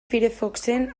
firefoxen